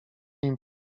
nim